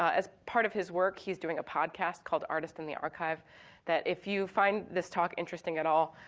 as part of his work, he's doing a podcast called artist in the archive that, if you find this talk interesting at all,